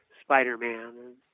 Spider-Man